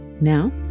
Now